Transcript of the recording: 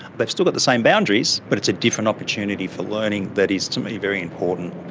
they've still got the same boundaries but it's a different opportunity for learning that is, to me, very important.